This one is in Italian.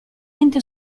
ente